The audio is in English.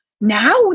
now